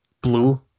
Blue